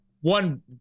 one